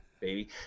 baby